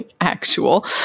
actual